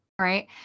right